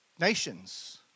nations